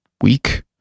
week